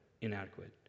inadequate